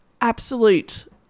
absolute